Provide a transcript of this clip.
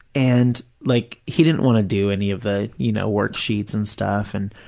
and like he didn't want to do any of the you know worksheets and stuff, and,